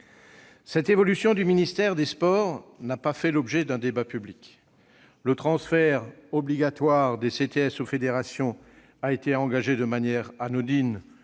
Cette évolution du ministère des sports n'a pas fait l'objet d'un débat public. Le transfert obligatoire des CTS aux fédérations a été engagé de manière anodine,